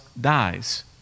dies